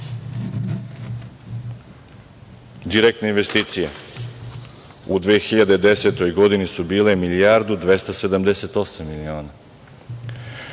direktne investicije u 2010. godini su bile milijardu 278 miliona.